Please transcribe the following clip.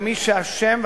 ומי שאשם,